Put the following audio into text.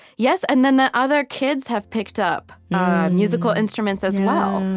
yes, and then the other kids have picked up musical instruments, as well.